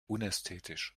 unästhetisch